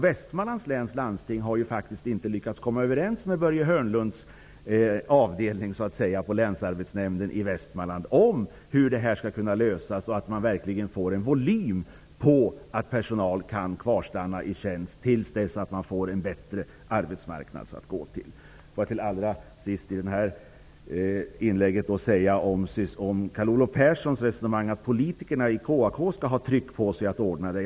Västmanlands läns landsting har faktiskt inte lyckats komma överens med Börje Hörnlunds ''avdelning'' på Länsarbetsnämnden i Västmanland om hur det skall kunna lösas så att man får en sådan volym att personal kan kvarstanna i tjänst tills arbetsmarknaden blir bättre. Avslutningsvis vill jag hänvisa till Carl Olov Perssons resonemang att politikerna i KAK skall ha tryck på sig att ordna det här.